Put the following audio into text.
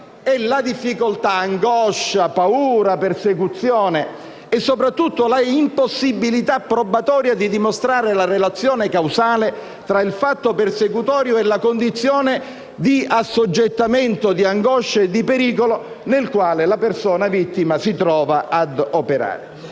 e la difficoltà, l'angoscia, la paura, le persecuzione e, soprattutto, l'impossibilità probatoria di dimostrare la relazione causale tra il fatto persecutorio e la condizione di assoggettamento, di angoscia e di pericolo nel quale la persona vittima si trova a operare.